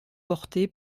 porté